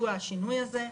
החינוך.